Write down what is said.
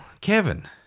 Kevin